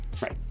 right